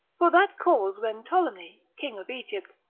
for that cause when ptolemy, king of egypt,